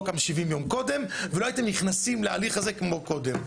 קם שבעים יום קודם ולא הייתם נכנסים להליך הזה כמו קודם.